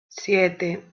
siete